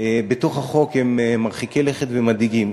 הם מרחיקי לכת ומדאיגים.